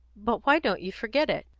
but why don't you forget it?